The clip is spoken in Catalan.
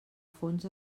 fons